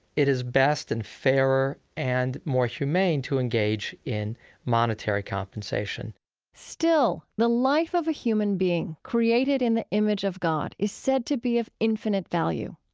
it is best and fairer and more human to engage in monetary compensation still, the life of a human being, created in the image of god, is said to be of infinite value,